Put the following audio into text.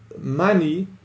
money